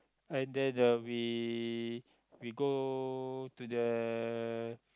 and then uh we we go to the